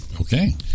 okay